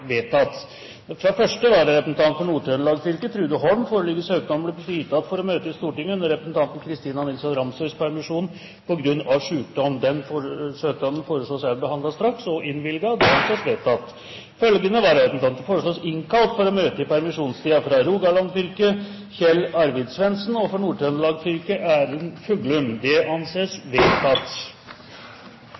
vedtatt. Fra første vararepresentant for Nord-Trøndelag fylke, Trude Holm, foreligger søknad om å bli fritatt for å møte i Stortinget under representanten Christina Nilsson Ramsøys permisjon, på grunn av sykdom. Etter forslag fra presidenten ble enstemmig besluttet: Søknaden behandles straks og innvilges. Følgende vararepresentanter innkalles for å møte i permisjonstiden: For Rogaland fylke Kjell Arvid Svendsen For Nord-Trøndelag fylke Erlend Fuglum Kjell Arvid Svendsen og Erlend Fuglum er